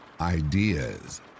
ideas